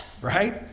right